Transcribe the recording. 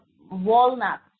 walnuts